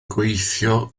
gweithio